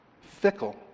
Fickle